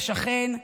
שכן,